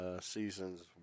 seasons